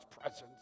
presence